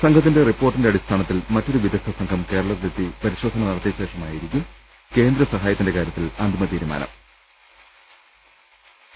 സംഘത്തിന്റെ റിപ്പോർട്ടിന്റെ അടിസ്ഥാ നത്തിൽ മറ്റൊരു വിദഗ്ധസംഘം കേരളത്തിൽ എത്തി പരിശോധന നട ത്തിയശേഷമായിരിക്കും കേന്ദ്ര സഹായത്തിന്റെ കാരൃത്തിൽ അന്തിമ തീരുമാനം ഉണ്ടാവുക